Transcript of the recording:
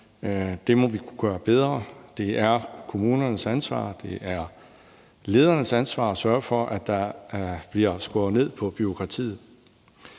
Det må vi kunne gøre bedre. Det er kommunernes ansvar, og det er ledernes ansvar at sørge for, at der bliver skåret ned på bureaukratiet.